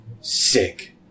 sick